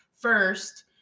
first